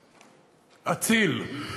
אציל,